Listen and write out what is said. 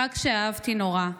חג שאהבתי נורא.